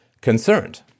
concerned